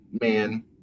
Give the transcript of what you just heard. man